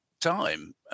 time